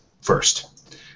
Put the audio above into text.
first